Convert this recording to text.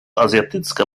azjatycka